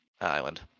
Island